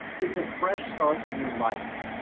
it's a fresh start in your life.